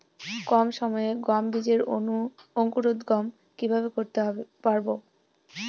কম সময়ে গম বীজের অঙ্কুরোদগম কিভাবে করতে পারব?